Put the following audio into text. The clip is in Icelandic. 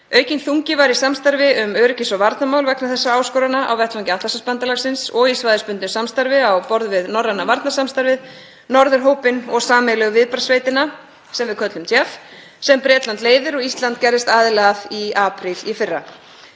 Aukinn þungi var í samstarfi um öryggis- og varnarmál vegna þessara áskorana, á vettvangi Atlantshafsbandalagsins og í svæðisbundnu samstarfi á borð við norræna varnarsamstarfið, Norðurhópinn og Sameiginlegu viðbragðssveitina, sem við köllum JEF, sem Bretland leiðir og Ísland gerðist aðili að í apríl í fyrra.